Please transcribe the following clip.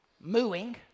mooing